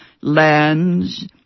lands